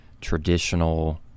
traditional